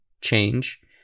change